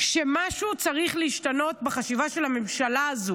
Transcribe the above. שמשהו צריך להשתנות בחשיבה של הממשלה הזו.